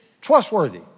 trustworthy